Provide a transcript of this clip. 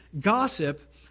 Gossip